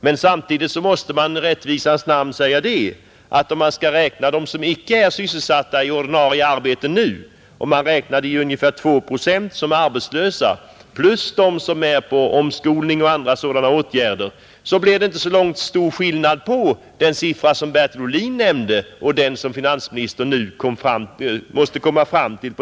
Men samtidigt måste man i rättvisans namn säga att om man beräknar dem som icke är sysselsatta i ordinarie arbete till 2 procent och därtill lägger dem som är på omskolning eller föremål för liknande åtgärder, blir det inte så stor skillnad mellan den siffra som Bertil Ohlin nämnde och den som finansministern nu på detta sätt måste komma fram till.